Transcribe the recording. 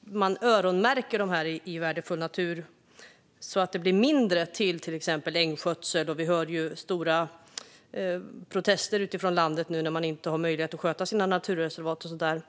Man öronmärker pengarna till värdefull natur så att det blir mindre till exempelvis ängsskötsel. Vi hörde ju stora protester utifrån landet när man nu inte skulle ha möjlighet att sköta sina naturreservat och sådant.